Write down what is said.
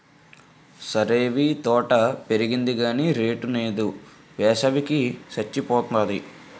సరేవీ తోట పెరిగింది గాని రేటు నేదు, వేసవి కి సచ్చిపోతాంది